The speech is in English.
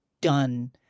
done